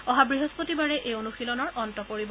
অহা বৃহস্পতিবাৰে এই অনুশীলনৰ অন্ত পৰিব